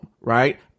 right